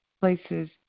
places